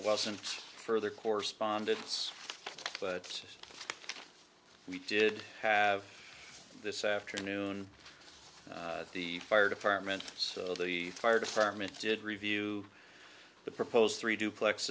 wasn't further correspondence but we did have this afternoon the fire department so the fire department did review the proposed three